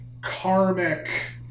karmic